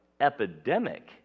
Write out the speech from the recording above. epidemic